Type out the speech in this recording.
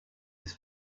his